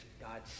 God